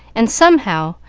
and, somehow,